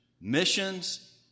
missions